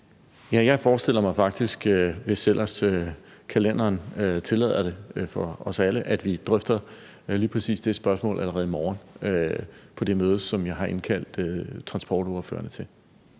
jeg forestiller mig faktisk, hvis ellers kalenderen tillader det for os alle, at vi drøfter lige præcis det spørgsmål allerede i morgen på det møde, som jeg har indkaldt transportordførerne til.